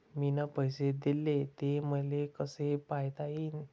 मिन पैसे देले, ते मले कसे पायता येईन?